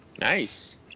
nice